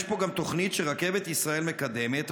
יש פה גם תוכנית שרכבת ישראל מקדמת,